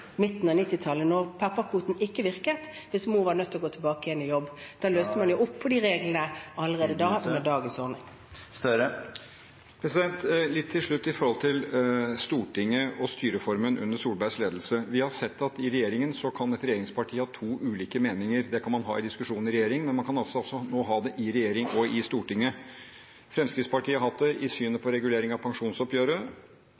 midten av 1990-tallet da pappakvoten ikke virket, mens mor var nødt til å gå tilbake igjen til jobb. Vi løste opp på de reglene allerede da under dagens ordning. Litt til slutt om Stortinget og styreformen under Solbergs ledelse. Vi har sett at i regjeringen kan et regjeringsparti ha to ulike meninger – det kan man ha i diskusjon i regjering, men man kan altså nå ha det i regjering og i Stortinget. Fremskrittspartiet har hatt det i synet